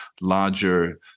larger